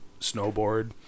snowboard